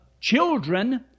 children